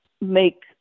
make